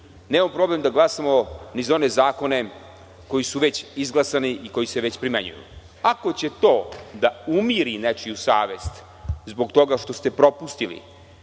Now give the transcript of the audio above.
Nemamo problem da glasamo ni za one zakone koji su već izglasani i koji se već primenjuju. Ako će to da umiri nečiju savest zbog toga što ste propustili